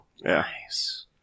Nice